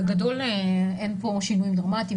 בגדול אין פה שינויים דרמטיים,